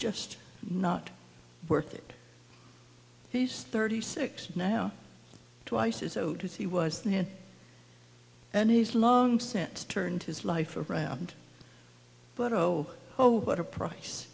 just not worth it he's thirty six now twice as old as he was there and he's long since turned his life around but oh oh what a price